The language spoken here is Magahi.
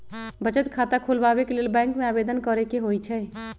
बचत खता खोलबाबे के लेल बैंक में आवेदन करेके होइ छइ